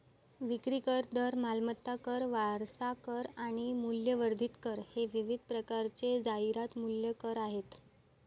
विक्री कर, दर, मालमत्ता कर, वारसा कर आणि मूल्यवर्धित कर हे विविध प्रकारचे जाहिरात मूल्य कर आहेत